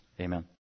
Amen